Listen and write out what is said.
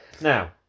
now